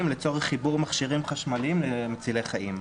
לצורך חיבור מכשירים חשמליים מצילי חיים.